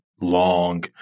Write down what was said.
long